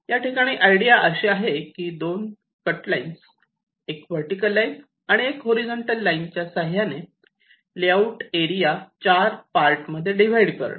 याठिकाणी आयडिया अशी आहे की 2 कट लाइन्स एक वर्टीकल लाईन आणि एक हॉरिझॉन्टल लाईनच्या साह्याने लेआउट एरिया चार पार्ट मध्ये डिव्हाइड करणे